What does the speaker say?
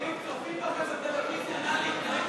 חברים, צופים בכם בטלוויזיה, נא להתנהג